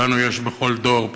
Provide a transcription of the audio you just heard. היא שלנו יש בכל דור,